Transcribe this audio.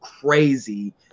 crazy